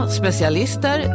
specialister